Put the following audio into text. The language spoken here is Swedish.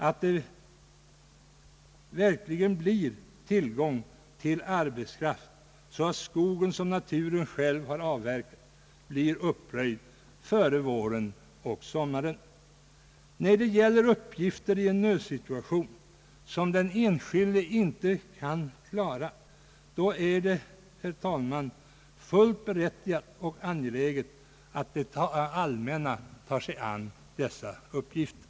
Det måste verkligen bli tillgång till arbetskraft, så att den skog som naturen själv avverkat blir uppröjd före våren och sommaren. När det gäller uppgifter i en nödsituation som den enskilde inte kan klara är det, herr talman, fullt berättigat och angeläget att det allmänna tar sig an dessa uppgifter.